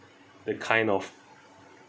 the kind of